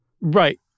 Right